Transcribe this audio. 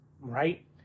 right